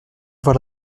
avoir